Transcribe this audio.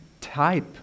type